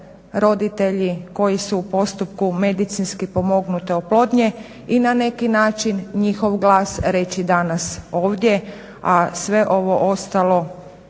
roditelji koji su u postupku medicinski pomognute oplodnje i na neki način njihov glas reći danas ovdje, a sve ovo ostalo